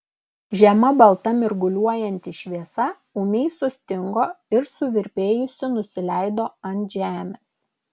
žema balta mirguliuojanti šviesa ūmiai sustingo ir suvirpėjusi nusileido ant žemės